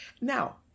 Now